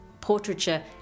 portraiture